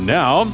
now